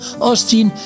Austin